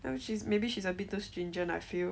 mm maybe she's a bit too stringent I feel